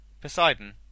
Poseidon